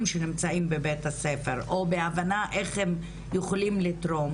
שנמצאים בבית-הספר או בהבנה איך הם יכולים לתרום,